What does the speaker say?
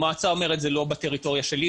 המועצה אומרת שזה לא בטריטוריה שלהם,